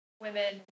women